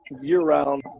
year-round